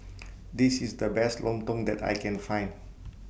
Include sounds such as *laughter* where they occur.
*noise* This IS The Best Lontong that I Can Find